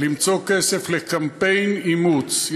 למצוא כסף לקמפיין אימוץ.